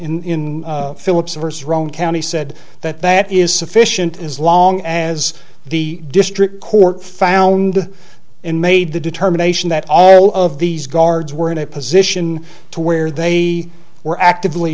in philip's averse roane county said that that is sufficient as long as the district court found in made the determination that all of these guards were in a position to where they were actively